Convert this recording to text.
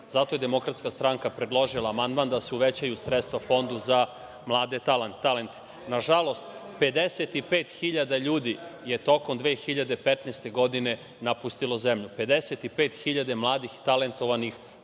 Zato je Demokratska stranka predložila amandman da se uvećaju sredstva Fondu za mlade talente. Nažalost, 55.000 ljudi je tokom 2015. godine napustilo zemlju. Pedeset pet hiljada mladih i talentovanih